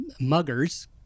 muggers